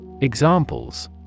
Examples